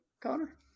Connor